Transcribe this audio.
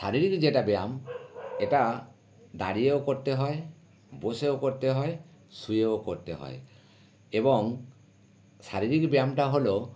শারীরিক যেটা ব্যায়াম এটা দাঁড়িয়েও করতে হয় বসেও করতে হয় শুয়েও করতে হয় এবং শারীরিক ব্যায়ামটা হলো